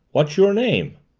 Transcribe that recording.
what's your name?